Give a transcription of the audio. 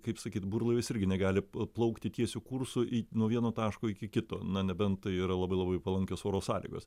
kaip sakyt burlaivis irgi negali plaukti tiesiu kursu į nuo vieno taško iki kito na nebent tai yra labai labai palankios oro sąlygos